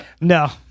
No